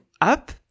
up